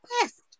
Yes